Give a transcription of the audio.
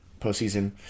Postseason